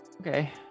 Okay